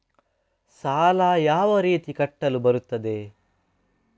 ಸಾಲ ಯಾವ ರೀತಿ ಕಟ್ಟಲು ಬರುತ್ತದೆ?